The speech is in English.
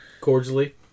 cordially